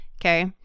Okay